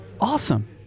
Awesome